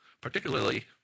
Particularly